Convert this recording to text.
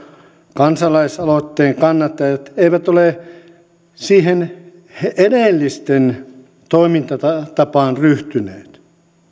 kansalaisaloitteen kannattajat eivät ole siihen edellisten toimintatapaan ryhtyneet